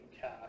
cash